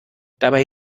dabei